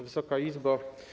Wysoka Izbo!